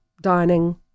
dining